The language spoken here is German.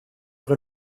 auch